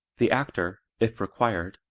the actor, if required,